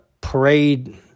parade